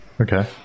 Okay